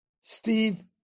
Steve